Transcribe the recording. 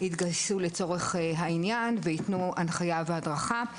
יתגייסו לצורך העניין ויתנו הנחייה והדרכה.